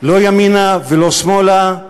לא ימינה ולא שמאלה.